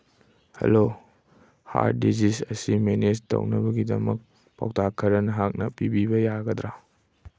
hello ꯍꯥꯔꯠ ꯗꯤꯖꯤꯁ ꯑꯁꯤ ꯃꯦꯅꯦꯁ ꯇꯧꯅꯕꯒꯤꯗꯃꯛ ꯄꯥꯎꯇꯥꯛ ꯈꯔ ꯅꯍꯥꯛꯅ ꯄꯤꯕꯤꯕ ꯌꯥꯒꯗ꯭ꯔꯥ